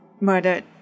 murdered